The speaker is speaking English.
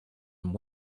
and